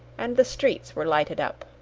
and the streets were lighted up.